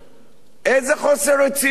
איזה חוסר רצינות זה,